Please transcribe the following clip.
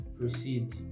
proceed